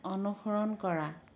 অনুসৰণ কৰা